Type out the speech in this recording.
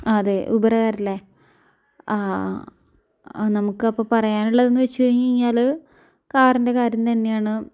അതെ ഊബറ്കാരല്ലേ ആ നമുക്കപ്പം പറയാനുള്ളതെന്ന് വച്ച് കഴിഞ്ഞു കഴിഞ്ഞാൽ കാറിൻ്റെ കാര്യം തന്നെയാണ്